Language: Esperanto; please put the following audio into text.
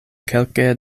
kelke